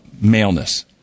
maleness